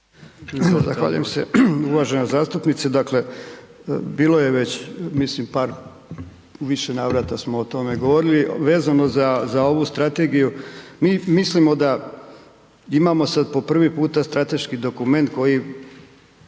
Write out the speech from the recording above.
Zahvaljujem se uvažena zastupnice, dakle bilo je već par, u više navrata smo o tome govorili, vezano za ovu strategiju mi mislimo da imamo sad po prvi puta strateški dokument koji